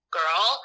girl